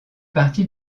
partie